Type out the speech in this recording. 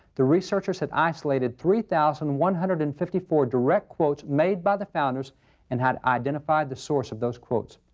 the researchers had isolated three thousand one hundred and fifty four direct quotes made by the founders and had identified the source of those quotes.